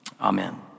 amen